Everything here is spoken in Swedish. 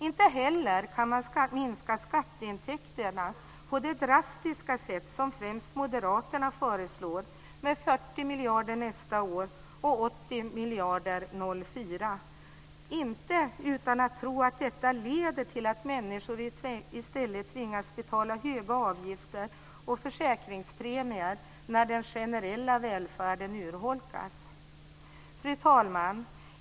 Inte heller kan man minska skatteintäkterna på det drastiska sätt som främst moderaterna föreslår, med 40 miljarder nästa år och 80 miljarder 2004, utan att tro att detta leder till att människor i stället tvingas betala höga avgifter och försäkringspremier när den generella välfärden urholkas. Fru talman!